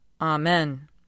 Amen